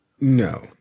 no